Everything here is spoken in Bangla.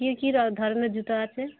কী কী র ধরনের জুতো আছে